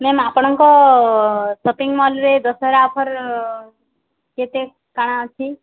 ma'am ଆପଣଙ୍କ shopping ମଲ୍ରେ Dussehra offer କେତେ କା'ଣା ଅଛି